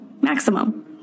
Maximum